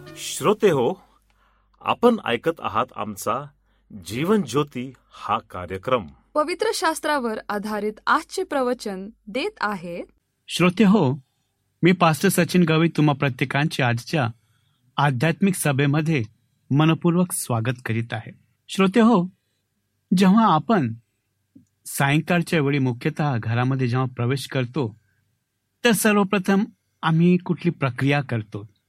श्रोते हो, आपण ऐकत आहात आमचा जीवन ज्योती हा कार्यक्रम. पवित्र शास्त्रावर आधारित आजचे प्रवचन देत आहे- श्रोते हो, मी Pastor सचिन गावी तुम्हा प्रत्येकांचे आजच्या आध्यात्मिक सभेमध्ये मनपूर्वक स्वागत करीत आहे. श्रोते हो, जेव्हा आपण सायंकाळच्या वेळी मुख्यतः घरामध्ये जेव्हा प्रवेश करतो, तर सर्वप्रथम आम्ही कुठली प्रक्रिया करतो?